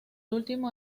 último